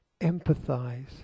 Empathize